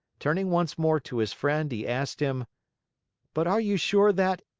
turning once more to his friend, he asked him but are you sure that,